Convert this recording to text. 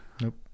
Nope